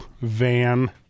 Van